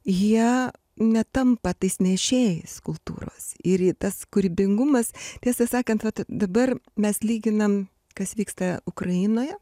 jie netampa tais nešėjais kultūros ir į tas kūrybingumas tiesą sakant dabar mes lyginam kas vyksta ukrainoje